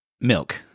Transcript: Milk